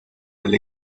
del